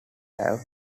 have